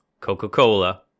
coca-cola